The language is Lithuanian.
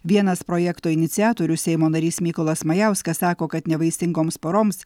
vienas projekto iniciatorių seimo narys mykolas majauskas sako kad nevaisingoms poroms